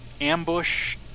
ambush